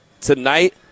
tonight